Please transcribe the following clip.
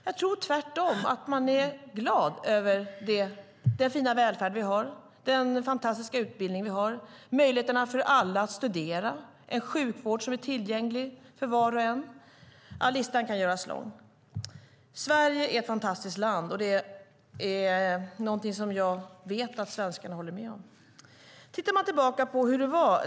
Jag tror tvärtom att de är glada över den fina välfärd vi har, den fantastiska utbildning vi har, möjligheterna för alla att studera och en sjukvård som är tillgänglig för var och en. Listan kan göras lång. Sverige är ett fantastiskt land, och det vet jag att svenskarna håller med om.